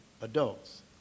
adults